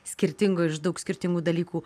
skirtingo iš daug skirtingų dalykų